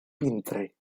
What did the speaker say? vintre